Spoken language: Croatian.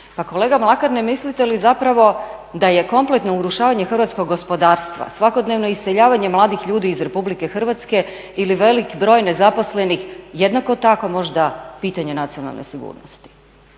Pa kolega Mlakar ne mislite li zapravo da je kompletno urušavanje hrvatskog gospodarstva, svakodnevno iseljavanje mladih ljudi iz Republike Hrvatske ili velik broj nezaposlenih jednako tako možda pitanje nacionalne sigurnosti?